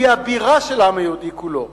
והיא הבירה של העם היהודי כולו.